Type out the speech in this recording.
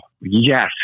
Yes